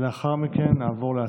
ולאחר מכן נעבור להצבעה.